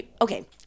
Okay